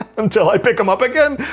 until i pick them up again.